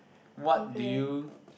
what do you